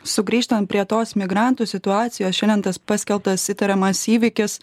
sugrįžtant prie tos migrantų situacijos šiandien tas paskelbtas įtariamas įvykis